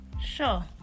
sure